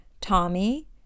Tommy